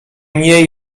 mniej